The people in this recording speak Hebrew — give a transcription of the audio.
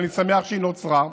ואני שמח שהיא נוצרה,